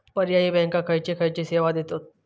पर्यायी बँका खयचे खयचे सेवा देतत?